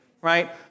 right